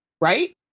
Right